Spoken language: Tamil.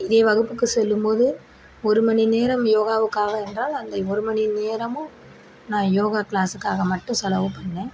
இதே வகுப்புக்கு செல்லும்போது ஒரு மணிநேரம் யோகாவுக்காக என்றால் அந்த ஒரு மணிநேரமும் நான் யோகா க்ளாஸுக்காக மட்டும் செலவு பண்ணிணேன்